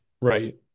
Right